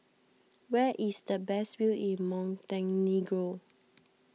where is the best view in Montenegro